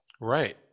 Right